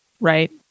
right